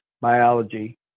biology